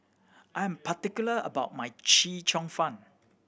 I'm particular about my Chee Cheong Fun